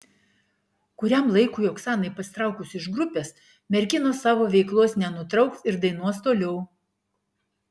kuriam laikui oksanai pasitraukus iš grupės merginos savo veiklos nenutrauks ir dainuos toliau